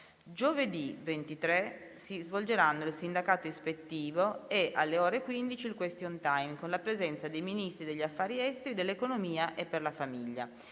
Giovedì 23 marzo si svolgeranno il sindacato ispettivo e, alle ore 15, il *question time* con la presenza dei Ministri degli affari esteri, dell'economia e per la famiglia.